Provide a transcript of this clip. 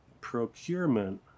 procurement